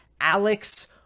Alex